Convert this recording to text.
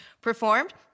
performed